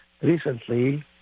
recently